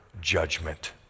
judgment